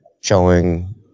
showing